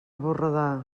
borredà